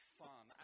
fun